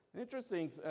interesting